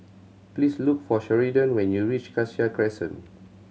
please look for Sheridan when you reach Cassia Crescent